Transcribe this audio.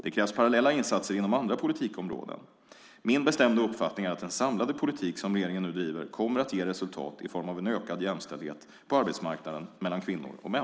Det krävs parallella insatser inom andra politikområden. Min bestämda uppfattning är att den samlade politik som regeringen nu driver, kommer att ge resultat i form av en ökad jämställdhet på arbetsmarknaden mellan kvinnor och män.